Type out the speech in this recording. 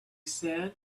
said